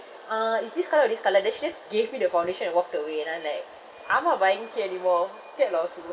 uh is this colour or this colour then she just gave me the foundation and walked away and I'm like I'm not buying here anymore get lost you know